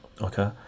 Okay